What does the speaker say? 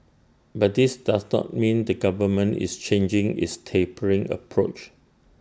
but this does not mean the government is changing its tapering approach